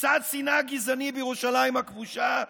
מצעד שנאה גזעני בירושלים הכבושה?